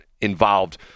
involved